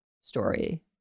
story